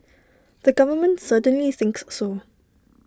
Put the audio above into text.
the government certainly thinks so